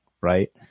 Right